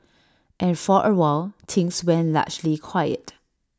and for awhile things went largely quiet